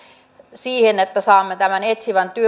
siihen että saamme tämän etsivän